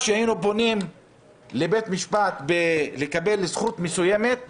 כשהיינו פונים לבית המשפט כדי לקבל זכות מסוימת,